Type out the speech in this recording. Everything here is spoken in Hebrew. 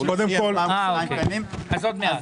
בסדר.